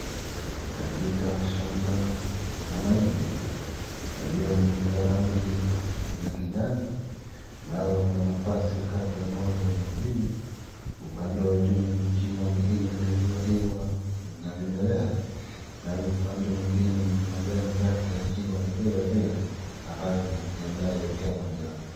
Katika shamba la mahindi iliyo na rangi ya kijani nazo kuna nafasi kati ya moja na nyingine upande wa juu ukiwa ni lililoliwa na vimelea nao upande mwingine majani yake yakiwa ni vile vile ya rangi yanayoelekea manjano.